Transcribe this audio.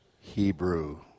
Hebrew